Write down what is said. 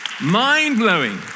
mind-blowing